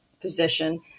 position